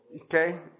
Okay